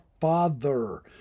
Father